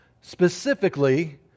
specifically